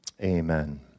Amen